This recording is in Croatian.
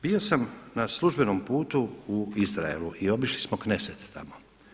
Bio sam na službenom putu u Izraelu i obišli smo Knesset tamo.